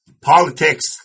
Politics